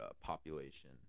population